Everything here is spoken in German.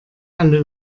alle